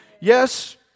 Yes